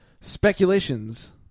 Speculations